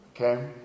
Okay